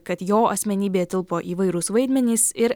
kad jo asmenybėje tilpo įvairūs vaidmenys ir